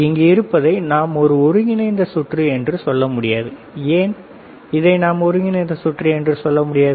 இங்கு இருப்பதை நாம் ஒரு ஒருங்கிணைந்த சுற்று என்று சொல்ல முடியாது ஏன் இதை நாம் ஒருங்கிணைந்து சுற்று என்று சொல்ல முடியாது